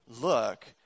look